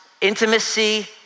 intimacy